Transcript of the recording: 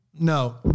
no